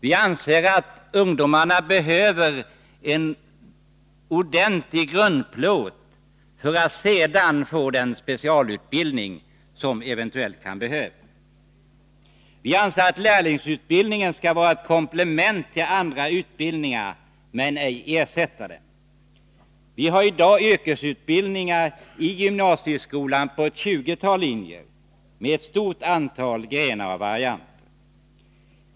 Vi anser att ungdomarna behöver en ordentlig grund för att sedan få den specialutbildning som eventuellt kan behövas. Vi anser att lärlingsutbildningen skall vara komplement till andra utbildningar men inte ersätta dem. Vi har i dag yrkesutbildningar i gymnasieskolan på ett tjugotal linjer med ett stort antal grenar och varianter.